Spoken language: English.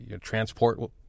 transport